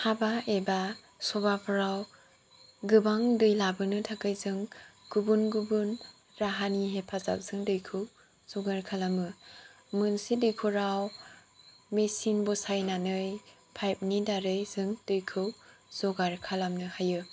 हाबा एबा सबाफ्राव गोबां दै लाबोनो थाखाय जों गुबुन गुबुन राहानि हेफाजाबजों दैखौ जगार खालामो मोनसे दैखराव मेचिन बसायनानै पाइपनि दारै जों दैखौ जगार खालामनो हायो